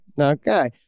okay